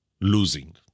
losing